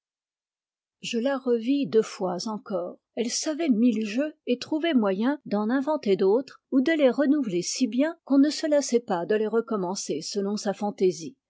je la revis deux fois encore elle savait mille jeux et trouvait moyen d'en inventer d'autres ou de les renouveler si bien qu'on ne se lassait pas de les recommencer selon sa fantaisie